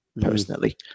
personally